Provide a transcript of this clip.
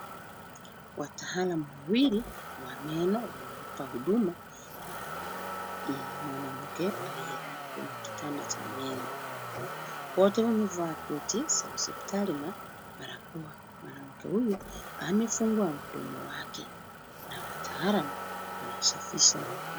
Wataalam wawili wa meno, wanampa huduma, mwanamke aliyelala kwenye kitanda cha meno. Wote wamevaa koti za hospitali na balakoa. Mwanamke huyu amefungua mdomo wake na wataalam wanasafisha m.,